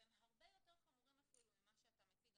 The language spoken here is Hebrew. והם הרבה יותר חמורים אפילו ממה שאתה מציג,